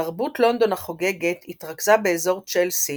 תרבות לונדון החוגגת התרכזה באזור צ'לסי